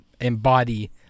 embody